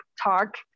talk